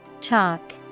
Chalk